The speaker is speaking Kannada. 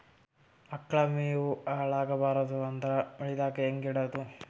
ಆಕಳ ಮೆವೊ ಹಾಳ ಆಗಬಾರದು ಅಂದ್ರ ಮಳಿಗೆದಾಗ ಹೆಂಗ ಇಡೊದೊ?